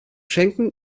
schenken